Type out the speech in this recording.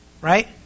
Right